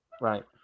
Right